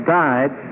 died